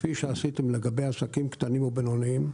כפי שעשיתם לגבי עסקים קטנים ובינוניים: